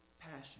passion